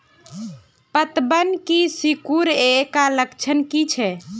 पतबन के सिकुड़ ऐ का लक्षण कीछै?